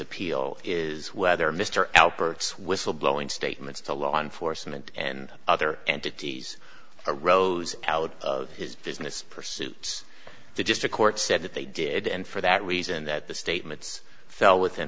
appeal is whether mr alpert's whistleblowing statements to law enforcement and other entities arose out of his business pursuits to just a court said that they did and for that reason that the statements fell within